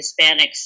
Hispanics